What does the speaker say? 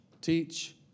teach